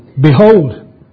Behold